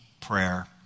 prayer